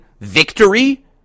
victory